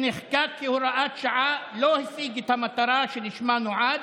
שנחקק כהוראת שעה, לא השיג את המטרה שלשמה נועד.